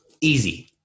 easy